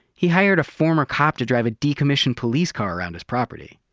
he hired a former cop to drive a decommissioned police car around property.